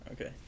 Okay